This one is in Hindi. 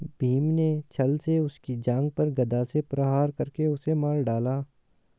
भीम ने छ्ल से उसकी जांघ पर गदा से प्रहार करके उसे मार डाला